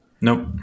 nope